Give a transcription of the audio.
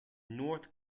north